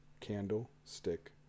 Candlestick